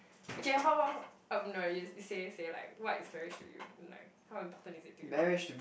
okay um no you say say like what is marriage to you and like how important is it to you